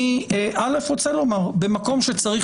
אני רוצה לומר, ראשית, במקום שצריך